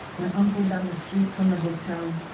my uncle down the street from the hotel.